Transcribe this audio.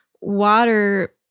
water